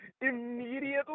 immediately